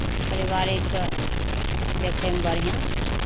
पारिवारिककेँ देखैमे बढ़िआँ